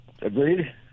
Agreed